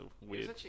weird